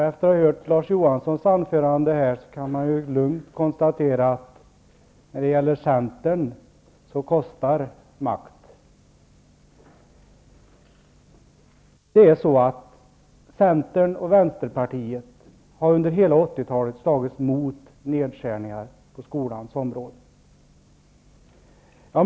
Efter att ha hört Larz Johanssons anförande här kan man lugnt konstatera att när det gäller centern kostar makt. Centern och Vänsterpartiet har under hela 80-talet slagits mot nedskärningar på skolans område.